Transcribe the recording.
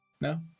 No